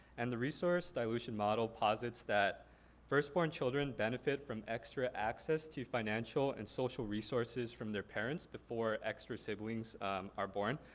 and the resource dilution model posits that first born children benefit from extra access to financial and social resources from their parents, before extra siblings are born.